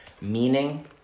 meaning